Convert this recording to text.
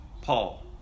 Paul